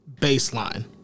baseline